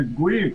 הם פגועים,